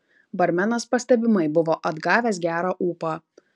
barmenas pastebimai buvo atgavęs gerą ūpą